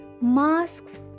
masks